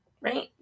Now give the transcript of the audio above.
right